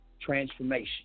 transformation